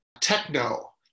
techno